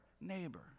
neighbor